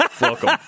Welcome